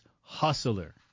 hustler